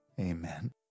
Amen